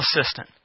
assistant